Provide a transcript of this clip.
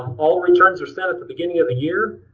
all returns are sent at the beginning of the year,